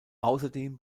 außerdem